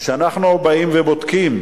כשאנחנו באים ובודקים